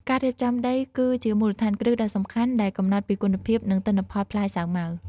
ការរៀបចំដីគឺជាមូលដ្ឋានគ្រឹះដ៏សំខាន់ដែលកំណត់ពីគុណភាព និងទិន្នផលផ្លែសាវម៉ាវ។